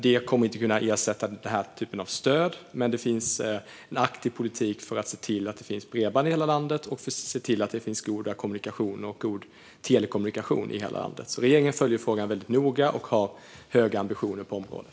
Det kommer inte att kunna ersätta den här typen av stöd, men det finns en aktiv politik för att se till att det finns bredband i hela landet och att det finns goda kommunikationer och god telekommunikation i hela landet. Regeringen följer alltså frågan väldigt noga och har höga ambitioner på området.